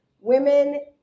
women